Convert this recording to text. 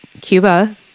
Cuba